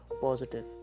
positive